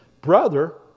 Brother